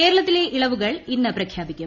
കേരളത്തിലെ ഇളവുകൾ ഇന്ന് പ്രഖ്യാപിക്കും